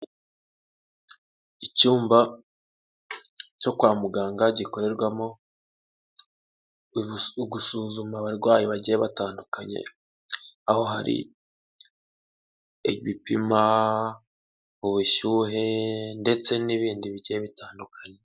Icyumba cyo kwa muganga gikorerwamo ugusuzuma abarwayi bagiye batandukanye, aho hari ibipima ubushyuhe ndetse n'ibindi bice bitandukanye.